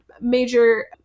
major